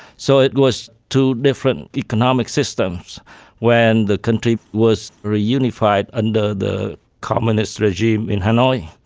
so it was two different economic systems when the country was reunified under the communist regime in hanoi.